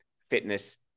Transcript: fitness